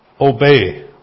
obey